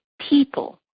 people